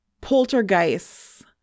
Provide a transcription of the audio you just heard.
poltergeists